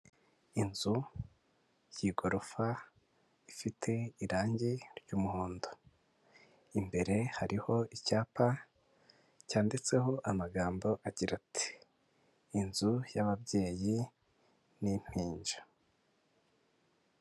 Inzu y'igorofa ifite irangi ry'umuhondo, imbere hariho icyapa cyanditseho amagambo agira ati inzu y'ababyeyi n'impinja.